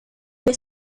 due